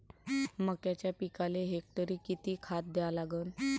मक्याच्या पिकाले हेक्टरी किती खात द्या लागन?